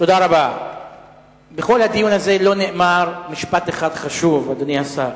בכל הדיון הזה לא נאמר משפט אחד חשוב, אדוני השר.